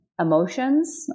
emotions